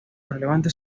relevantes